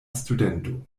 studento